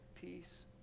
peace